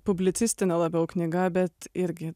publicistinė labiau knyga bet irgi